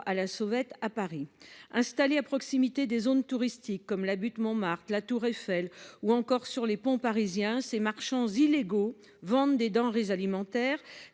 à la sauvette à Paris. Installés à proximité des zones touristiques, comme la butte Montmartre, la tour Eiffel ou encore sur les ponts parisiens, ces marchands illégaux vendent des denrées alimentaires,